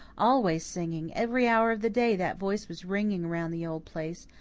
always singing, every hour of the day that voice was ringing round the old place.